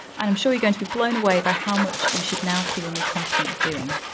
and i'm sure you're going to be blown away by how much you should now feel more comfortable doing.